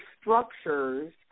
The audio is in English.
structures